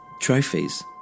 trophies